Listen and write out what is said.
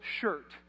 shirt